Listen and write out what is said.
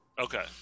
Okay